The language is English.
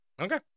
Okay